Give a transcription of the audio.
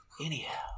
Anyhow